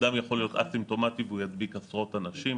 אדם יכול להיות א-סימפטומטי והוא ידביק עשרות אנשים.